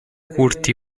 curti